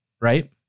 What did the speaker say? right